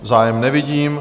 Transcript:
Zájem nevidím.